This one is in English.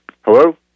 Hello